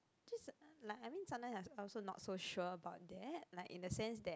just like I mean sometimes I'm also not so sure about that like in the sense that just